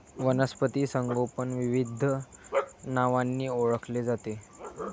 वनस्पती संगोपन विविध नावांनी ओळखले जाते